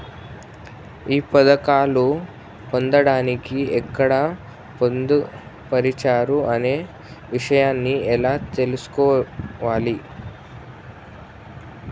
ఈ పథకాలు పొందడానికి ఎక్కడ పొందుపరిచారు అనే విషయాన్ని ఎలా తెలుసుకోవాలి?